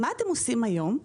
מה אתם עושים היום?